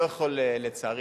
לצערי,